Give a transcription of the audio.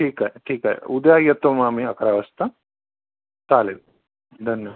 ठीक आहे ठीक आहे उद्या येतो मग आम्ही अकरा वाजता चालेल धन्यवाद